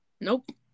nope